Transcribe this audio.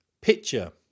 Picture